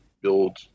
build